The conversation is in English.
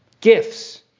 Gifts